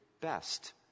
best